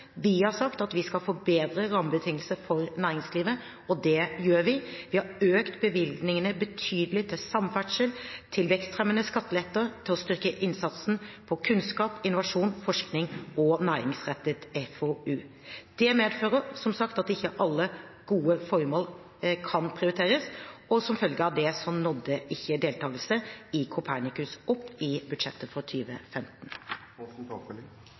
Vi har sagt at vi skal forbedre rammebetingelsene for næringslivet – og det gjør vi. Vi har økt bevilgningene betydelig til samferdsel, til vekstfremmende skatteletter og til styrket innsats på kunnskap, innovasjon, forskning og næringsrettet FoU. Det medfører – som sagt – at ikke alle gode formål kan prioriteres. Som følge av det nådde ikke deltakelse i Copernicus opp i budsjettet for